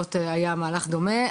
שבמכללות היה גם מהלך דומה,